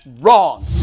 Wrong